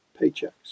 paychecks